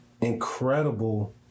Incredible